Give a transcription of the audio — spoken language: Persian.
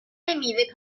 میوه